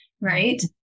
Right